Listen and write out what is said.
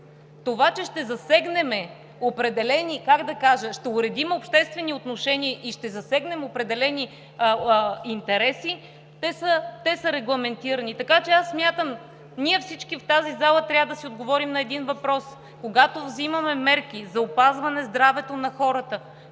това че ще засегнем определени, как да кажа, ще уредим обществени отношения и ще засегнем определени интереси, те са регламентирани. Аз смятам, че ние всички в тази зала трябва да си отговорим на един въпрос, когато взимаме мерки за опазване здравето на хората: